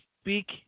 speak